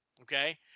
Okay